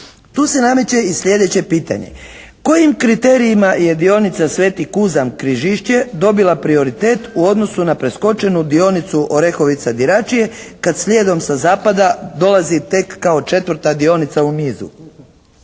Tu se nameće i sljedeće pitanje. Kojim kriterijima je dionica Sveti Kuzam Križišće dobila prioritet u odnosu na preskočenu dionicu Orehovica-Diračije kad slijedom sa zapada dolazi tek kao četvrta dionica u nizu.